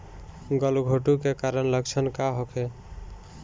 गलघोंटु के कारण लक्षण का होखे?